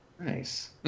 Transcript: Nice